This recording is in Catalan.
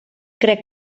crec